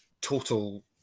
total